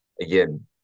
again